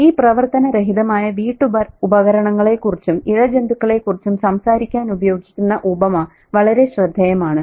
ഈ പ്രവർത്തനരഹിതമായ വീട്ടുപകരണങ്ങളെക്കുറിച്ചും ഇഴജന്തുക്കളെക്കുറിച്ചും സംസാരിക്കാൻ ഉപയോഗിക്കുന്ന ഉപമ വളരെ ശ്രദ്ധേയമാണ്